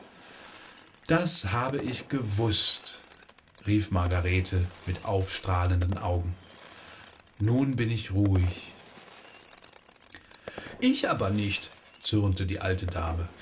das habe ich gewußt rief margarete mit aufstrahlenden augen nun bin ich ruhig ich aber nicht zürnte die alte dame